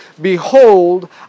Behold